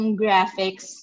graphics